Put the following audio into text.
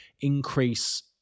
increase